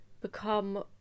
become